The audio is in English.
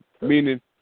meaning